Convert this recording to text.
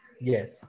Yes